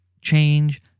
change